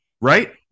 right